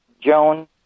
Joan